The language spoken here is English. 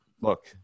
look